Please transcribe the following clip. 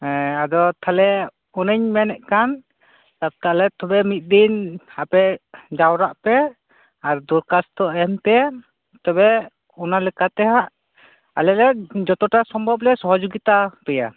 ᱦᱮᱸ ᱟᱫᱚ ᱛᱟᱣᱞᱮ ᱚᱱᱟᱹᱧ ᱢᱮᱱᱮᱫ ᱠᱟᱱ ᱛᱟᱦᱞᱮ ᱛᱚᱵᱮ ᱢᱤᱫ ᱫᱤᱱ ᱟᱯᱮ ᱡᱟᱣᱨᱟᱜ ᱯᱮ ᱟᱨ ᱫᱚᱨᱠᱟᱥᱛᱚ ᱮᱢ ᱯᱮ ᱛᱚᱵᱮ ᱚᱱᱟ ᱞᱮᱠᱟ ᱛᱮᱦᱟᱸᱜ ᱟᱞᱮ ᱞᱮ ᱡᱚᱛᱚ ᱴᱟ ᱥᱚᱢᱵᱚᱵ ᱞᱮ ᱥᱚᱦᱚᱡᱚᱜᱤᱛᱟ ᱯᱮᱭᱟ